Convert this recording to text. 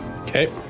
Okay